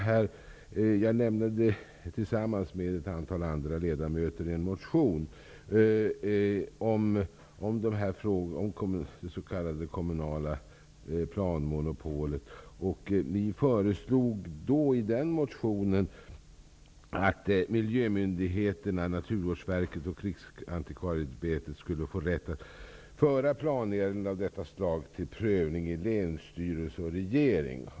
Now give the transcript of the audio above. Jag nämner där att jag tillsammans med ett antal andra ledamöter väckte en motion till förra riksmötet om det s.k. kommunala planmonopolet. Vi föreslog i motionen att miljömyndigheterna -- skall få rätt att föra planärenden av detta slag till prövning i länsstyrelse och regering.